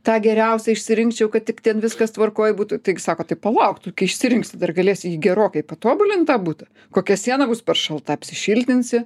tą geriausią išsirinkčiau kad tik ten viskas tvarkoj būtų taigi sako tai palauk tu kai išsirinksi dar galėsi jį gerokai patobulint tą būtą kokia siena bus per šalta apsišiltinsi